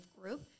group